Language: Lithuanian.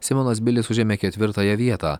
simonas bilis užėmė ketvirtąją vietą